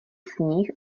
sníh